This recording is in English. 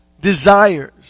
desires